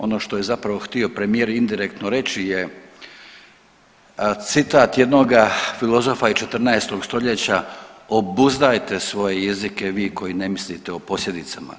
Ono što je htio premijer indirektno reći je citat jednoga filozofa iz 14 stoljeća obuzdajte svoje jezike vi koji ne mislite o posljedicama.